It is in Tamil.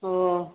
ஓ